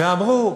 ואמרו: